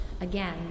again